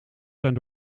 zijn